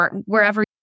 wherever